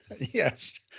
Yes